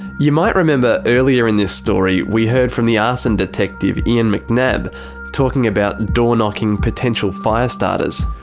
you might remember earlier in this story, we heard from the arson detective ian mcnab talking about door-knocking potential fire starters.